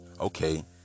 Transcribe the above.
Okay